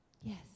Yes